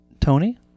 Tony